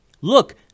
Look